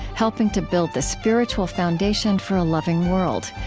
helping to build the spiritual foundation for a loving world.